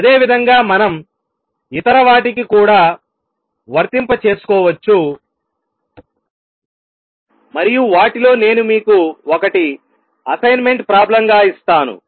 అదేవిధంగామనం ఇతర వాటికి కూడా వర్తింప చేసుకోవచ్చు మరియు వాటిలో ఒకటి నేను మీకు అసైన్మెంట్ ప్రాబ్లం గా ఇస్తాను